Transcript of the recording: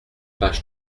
page